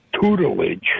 tutelage